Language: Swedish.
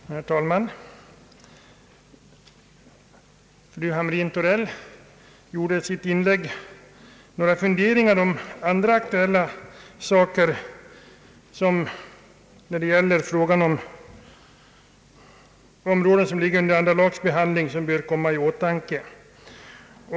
Herr talman! Fru Hamrin-Thorell berörde i sitt inlägg en del aktuella saker inom det område som andra lagutskottet har att behandla och som vi bör ha i åtanke.